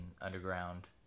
underground